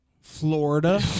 Florida